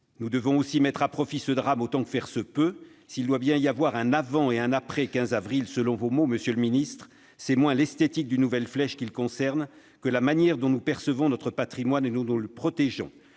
Nous devons aussi mettre à profit ce drame autant que faire se peut. S'il doit bien y avoir un « avant » et un « après » le 15 avril, selon vos mots, monsieur le ministre, cela concerne moins l'esthétique d'une nouvelle flèche que la manière dont nous percevons notre patrimoine et dont nous le protégeons.